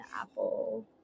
Apple